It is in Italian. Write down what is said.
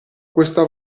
questa